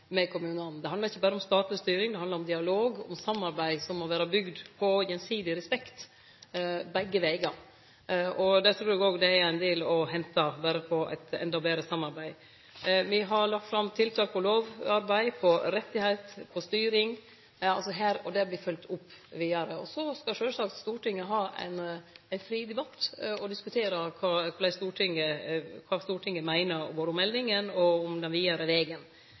med kommunane. For det handlar ikkje berre om statleg styring, det handlar om dialog og samarbeid, som må vere bygd på gjensidig respekt – begge vegar. Eg trur òg det er ein del å hente på eit endå betre samarbeid. Me har lagt fram tiltak og lovarbeid på rettar og på styring, og det vert følgt opp vidare. Så skal sjølvsagt Stortinget ha ein fri debatt og diskutere kva Stortinget meiner både om meldinga og om den vidare